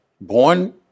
Born